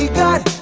that.